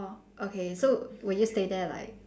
orh okay so will you stay there like